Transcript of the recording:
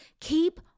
Keep